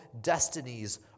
destinies